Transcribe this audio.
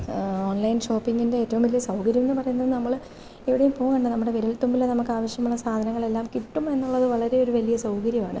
online ഷോപ്പിങ്ങിന്റെ ഏറ്റവും വലിയ സൗകര്യം എന്ന് പറയുന്നത് നമ്മൾ എവിടേം പോവണ്ട നമ്മുടെ വിരല്ത്തുമ്പിൽ നമുക്ക് ആവശ്യമുള്ള സാധനങ്ങളെല്ലാം കിട്ടുമെന്നുള്ളത് വളരെയൊരു വലിയ സൗകര്യമാണ്